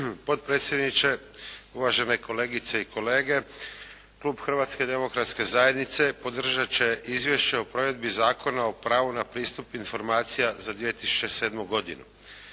potpredsjedniče, uvažene kolegice i kolege. Klub Hrvatske demokratske zajednice podržat će Izvješće o provedbi Zakona o pravu na pristup informacijama za 2007. godinu.